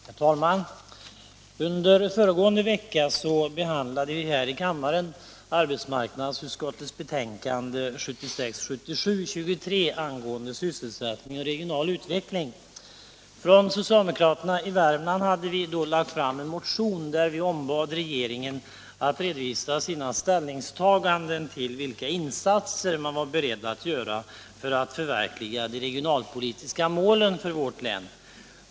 Herr talman! Under föregående vecka behandlade vi här i kammaren arbetsmarknadsutskottets betänkande 1976/77:23 angående sysselsättning och regional utveckling. Vi socialdemokrater i Värmland hade lagt fram en motion där vi ombad regeringen att redovisa sina ställningstaganden i fråga om vilka insatser man var beredd att göra för att förverkliga de regionalpolitiska målen för vårt län.